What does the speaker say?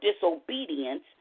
disobedience